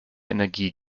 energie